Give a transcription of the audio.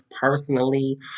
personally